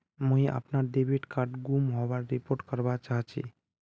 मुई अपना debit card गूम होबार रिपोर्ट करवा चहची